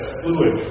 fluid